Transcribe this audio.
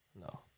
No